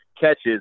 catches